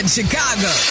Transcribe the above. Chicago